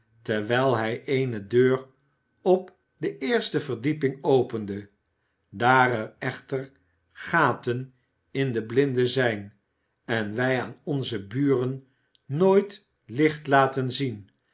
terwijl hij eene deur op de eerste verdieping opende daar er echter gaten in de blinden zijn en wij aan onze buren nooit licht laten zien